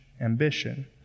ambition